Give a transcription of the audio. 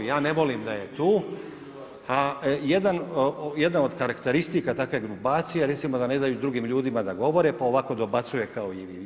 Ja ne volim da je tu, a jedna od karakteristika takve grupacije, recimo da ne daju drugim ljudima da govore, pa ovako dobacuje kao i vi.